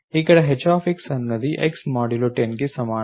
ఇక్కడ h అనునది x10కి సమానం